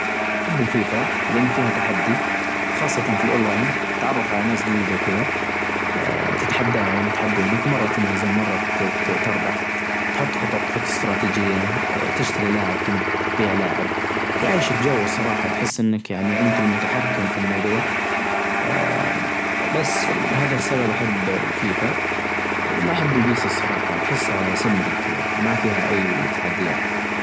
أحب البحر الصراحة بأمواچه وبصوته وهدوء البحر وأحب إنى أسرح مع البحر أروح كدا مع البحر، أحب إنى دائما أكون چالس كدا مستكن، الچبال يعنى بيئة صحراوية قاحلة، لونها غامق أو داكن ما فيها-ما فيها أى نوع من الحياه يعني، فأ-أفضل البحر الصراحة.